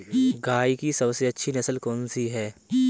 गाय की सबसे अच्छी नस्ल कौनसी है?